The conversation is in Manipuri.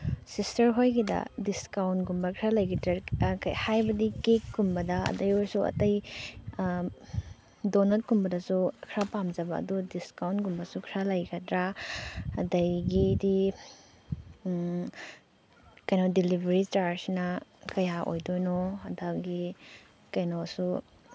ꯁꯤꯁꯇꯔ ꯍꯣꯏꯒꯤꯗ ꯗꯤꯁꯀꯥꯎꯟꯒꯨꯝꯕ ꯈꯔ ꯂꯩꯒꯗ꯭ꯔꯥ ꯍꯥꯏꯕꯗꯤ ꯀꯦꯛꯀꯨꯝꯕꯗ ꯑꯗꯒꯤ ꯑꯣꯏꯔꯁꯨ ꯑꯇꯩ ꯗꯣꯅꯠꯀꯨꯝꯗꯁꯨ ꯈꯔ ꯄꯥꯝꯖꯕ ꯑꯗꯨ ꯗꯤꯁꯀꯥꯎꯟꯒꯨꯝꯕꯁꯨ ꯈꯔ ꯂꯩꯒꯗ꯭ꯔꯥ ꯑꯗꯒꯤꯗꯤ ꯀꯩꯅꯣ ꯗꯤꯂꯤꯚꯔꯤ ꯆꯥꯔꯖꯁꯤꯅ ꯀꯌꯥ ꯑꯣꯏꯗꯣꯏꯅꯣ ꯑꯗꯒꯤ ꯀꯩꯅꯣꯁꯨ